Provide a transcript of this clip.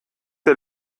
der